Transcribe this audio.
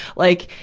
like,